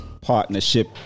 partnership